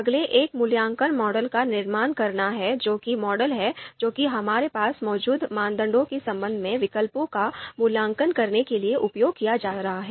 अगले एक मूल्यांकन मॉडल का निर्माण करना है जो कि मॉडल है जो कि हमारे पास मौजूद मानदंडों के संबंध में विकल्पों का मूल्यांकन करने के लिए उपयोग किया जा रहा है